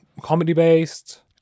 comedy-based